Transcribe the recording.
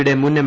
യുടെ മുൻ എം